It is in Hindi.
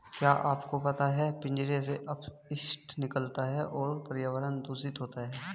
क्या आपको पता है पिंजरों से अपशिष्ट निकलता है तो पर्यावरण दूषित होता है?